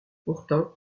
pourtant